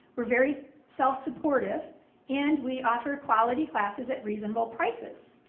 we're very self supportive and we offer quality classes at reasonable prices.